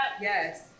Yes